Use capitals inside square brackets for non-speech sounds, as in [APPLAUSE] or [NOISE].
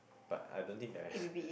but I don't think that I [BREATH]